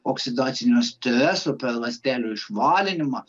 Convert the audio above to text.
oksidacinio streso per ląstelių išvalinimą